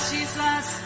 Jesus